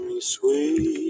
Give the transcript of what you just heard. Sweet